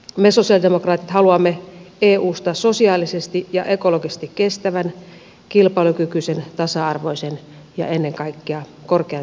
me sosialidemokraatit haluamme eusta sosiaalisesti ja ekologisesti kestävän kilpailukykyisen tasa arvoisen ja ennen kaikkea korkean työllisyyden unionin